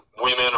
women